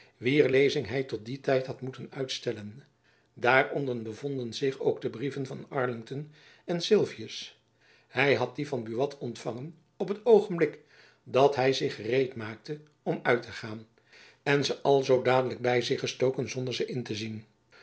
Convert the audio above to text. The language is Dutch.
wier lezing hy tot dien tijd had moeten uitstellen daaronder bevonden zich ook de brieven van arlington en sylvius hy had die van buat ontfangen op het oogenblik dat hy zich gereed maakte om uit te gaan en ze alzoo dadelijk by zich gestoken zonder ze in te zien